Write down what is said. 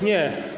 Nie.